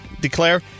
declare